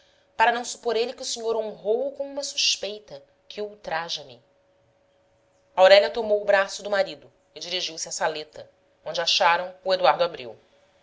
para não supor ele que o senhor honrou o com uma suspeita que ultraja me aurélia tomou o braço do marido e dirigiu-se à saleta onde acharam o eduardo abreu